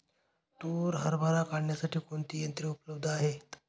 तूर हरभरा काढण्यासाठी कोणती यंत्रे उपलब्ध आहेत?